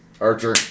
Archer